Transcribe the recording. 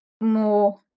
more